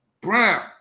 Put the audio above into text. Brown